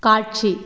காட்சி